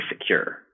secure